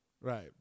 right